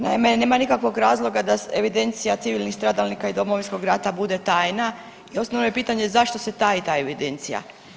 Naime, nema nikakvog razloga da evidencija civilnih stradalnika iz Domovinskog rata bude tajna i osnovno je pitanje zašto se taji ta evidencija?